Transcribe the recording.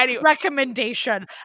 recommendation